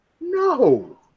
No